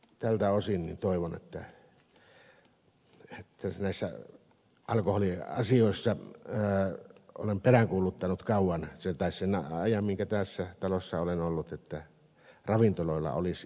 tältä osin toivon sitä mitä näissä alkoholiasioissa olen peräänkuuluttanut sen ajan minkä tässä talossa olen ollut että ravintoloilla olisi jonkinnäköinen sisäänostoalennushinta